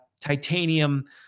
titanium